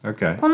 Okay